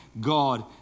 God